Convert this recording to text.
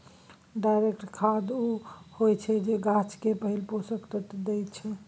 direct खाद उ होइ छै जे गाछ केँ पहिल पोषक तत्व दैत छै